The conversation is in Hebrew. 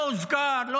זה לא הוזכר, לא